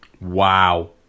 Wow